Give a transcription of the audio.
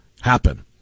happen